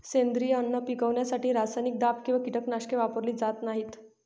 सेंद्रिय अन्न पिकवण्यासाठी रासायनिक दाब किंवा कीटकनाशके वापरली जात नाहीत